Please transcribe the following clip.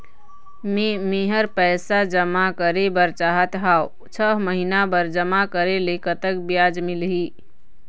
मे मेहर पैसा जमा करें बर चाहत हाव, छह महिना बर जमा करे ले कतक ब्याज मिलही?